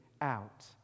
out